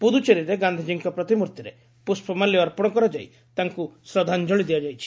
ପୁଦୁଚେରୀରେ ଗାନ୍ଧିଜୀଙ୍କ ପ୍ରତିମୂର୍ତ୍ତିରେ ପୁଷ୍ପମାଲ୍ୟ ଅର୍ପଣ କରାଯାଇ ତାଙ୍କୁ ଶ୍ରଦ୍ଧାଞ୍ଚଳି ଦିଆଯାଇଛି